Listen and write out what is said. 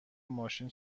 ماشین